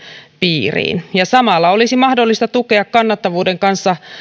piiriin samalla olisi mahdollista tukea kannattavuuden kanssa